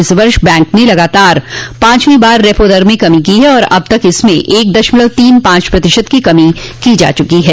इस वर्ष बैंक ने लगातार पांचवीं बार रेपो दर में कमी की है और अब तक इसमें एक दशमलव तीन पांच प्रतिशत की कमी की जा चुकी है